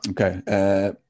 Okay